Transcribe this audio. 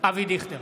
אבי דיכטר,